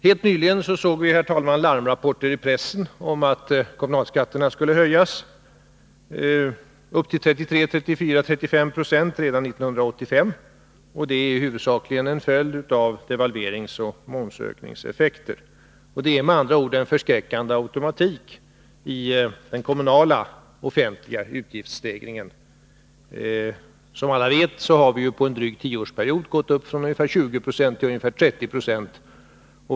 Helt nyligen såg vi, herr talman, larmrapporter i pressen om att kommunalskatterna skulle höjas upp till 33-35 2 redan 1985. Det är huvudsakligen en följd av devalveringsoch momsökningseffekter. Det är med andra ord en förskräckande automatik i den kommunala offentliga utgiftsstegringen. Som alla vet har kommunalskatten på en dryg tioårsperiod gått upp från ungefär 20 9 till ungefär 30 26.